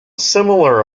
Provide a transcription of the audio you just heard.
similar